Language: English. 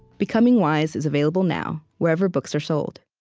becoming wise is available now, wherever books are sold